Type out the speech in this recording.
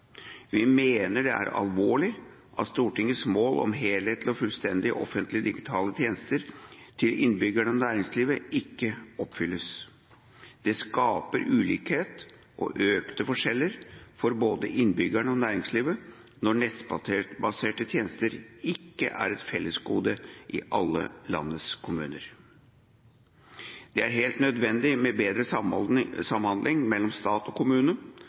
Vi mener det er alvorlig at Stortingets mål om helhetlige og fullstendige offentlige digitale tjenester til innbyggerne og næringslivet ikke oppfylles. Det skaper ulikhet og økte forskjeller for både innbyggerne og næringslivet når nettbaserte tjenester ikke er et fellesgode i alle landets kommuner. Det er helt nødvendig med bedre samhandling mellom stat og kommune,